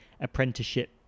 apprenticeship